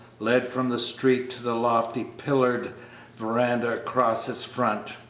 led from the street to the lofty pillared veranda across its front.